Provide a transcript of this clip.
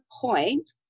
point